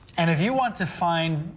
and if you want to find.